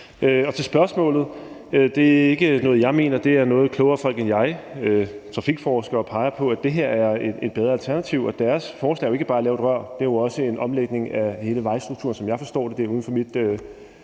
til spørgsmålet er det ikke noget, jeg mener. Det er noget, folk, der er klogere end jeg, altså trafikforskere, peger på er et bedre alternativ. Og deres forslag er jo ikke bare at lave et rør. Det er også en omlægning af hele vejstrukturen, som jeg forstår det,